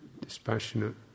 dispassionate